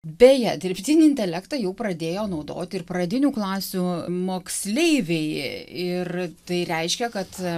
beje dirbtinį intelektą jau pradėjo naudoti ir pradinių klasių moksleiviai ir tai reiškia kad